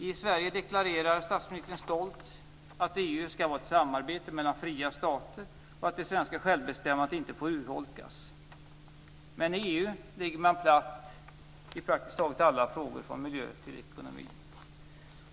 I Sverige deklarerar statsministern stolt att EU skall vara ett samarbete mellan fria stater och att det svenska självbestämmandet inte får urholkas. Emellertid ligger man platt i EU i praktiskt taget alla frågor från miljö till ekonomi.